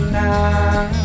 now